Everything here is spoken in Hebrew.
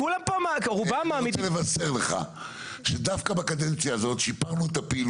אני רוצה לבשר לך שדווקא בקדנציה הזו שיפרנו את הפיל,